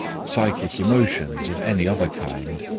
psychic emotions of any other kind,